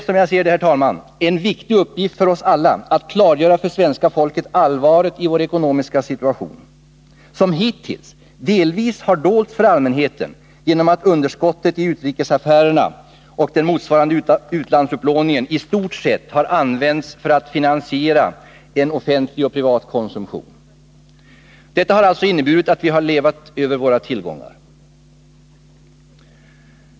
Som jag ser det, herr talman, är det en viktig uppgift för oss alla att klargöra för svenska folket allvaret i vår ekonomiska situation, som hittills delvis har dolts för allmänheten genom att underskottet i utrikesaffärerna och den motsvarande utlandsupplåningen i stort sett använts till att finansiera en offentlig och privat konsumtion. Detta har inneburit att vi har levt över våra tillgångar.